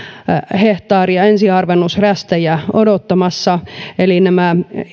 hehtaaria ensiharvennusrästejä odottamassa eli nämä